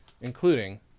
including